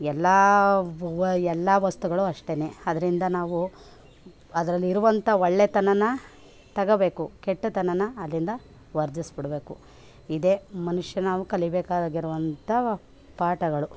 ಎಲ್ಲ ವಸ್ತುಗಳು ಅಷ್ಟೆ ಅದರಿಂದ ನಾವು ಅದರಲ್ಲಿ ಇರುವಂತಹ ಒಳ್ಳೆತನನ ತಗೋಬೇಕು ಕೆಟ್ಟತನನ ಅಲ್ಲಿಂದ ವರ್ಜಿಸಿಬಿಡಬೇಕು ಇದೆ ಮನುಷ್ಯ ನಾವು ಕಲಿಬೇಕಾಗಿರುವಂಥ ಪಾಠಗಳು